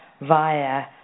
via